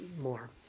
more